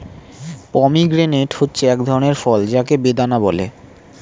pomegranate হচ্ছে এক ধরনের ফল যাকে বেদানা বলে